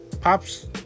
pops